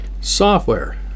Software